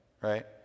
right